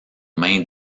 mains